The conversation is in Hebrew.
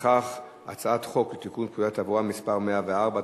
לפיכך הצעת חוק לתיקון פקודת התעבורה (מס' 104),